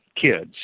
kids